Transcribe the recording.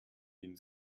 wien